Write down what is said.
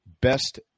best